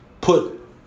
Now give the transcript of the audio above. Put